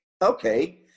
Okay